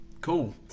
cool